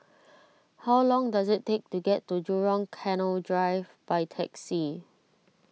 how long does it take to get to Jurong Canal Drive by taxi